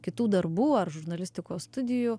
kitų darbų ar žurnalistikos studijų